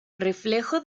reflejo